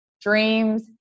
dreams